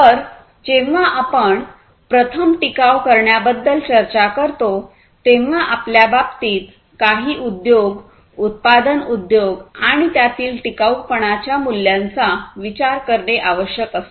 तर जेव्हा आपण प्रथम टिकाव करण्याबद्दल चर्चा करतो तेव्हा आपल्या बाबतीत काही उद्योग उत्पादन उद्योग आणि त्यातील टिकाऊपणाच्या मुल्यांचा विचार करणे आवश्यक असते